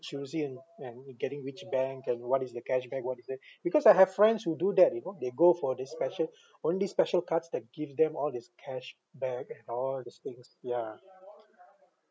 choosy in and getting which bank and what is the cashback what is there because I have friends who do that you know they go for these special all these special cards that give them all this cashback and all these things yeah